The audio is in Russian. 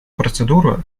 процедуры